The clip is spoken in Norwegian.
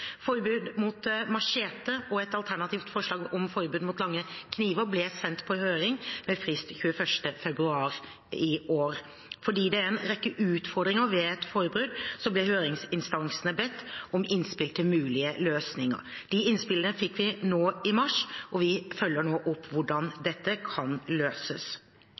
forbud mot machete og et alternativt forslag om forbud mot lange kniver ble sendt på høring med frist 21. februar i år. Fordi det er en rekke utfordringer ved et forbud, ble høringsinstansene bedt om innspill til mulige løsninger. De innspillene fikk vi nå i mars, og vi følger nå opp hvordan dette kan løses.